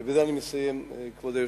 היה אומר, ובזה אני מסיים, כבוד היושבת-ראש,